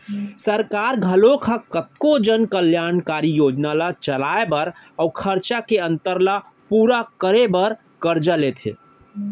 सरकार घलोक ह कतको जन कल्यानकारी योजना ल चलाए बर अउ खरचा के अंतर ल पूरा करे बर करजा लेथे